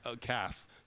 cast